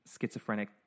schizophrenic